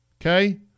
okay